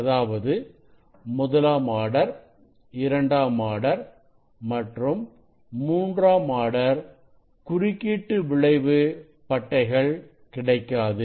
அதாவது முதலாம் ஆர்டர் இரண்டாம் ஆர்டர் மற்றும் மூன்றாம் ஆர்டர் குறுக்கீட்டு விளைவு பட்டைகள் கிடைக்காது